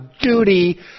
duty